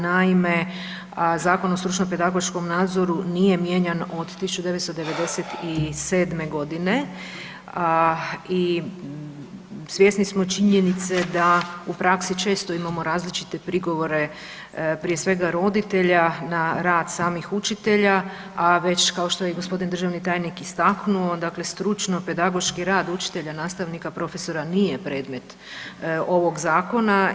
Naime, Zakon o stručnom pedagoškom nadzoru nije mijenjan od 1997.g., a i svjesni smo činjenice da u praksi često imamo različite prigovore, prije svega roditelja, na rad samih učitelja, a već kao što je i gospodin državni tajnik istaknuo dakle stručno pedagoški rad učitelja, nastavnika, profesora nije predmet ovog zakona.